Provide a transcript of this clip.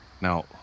Now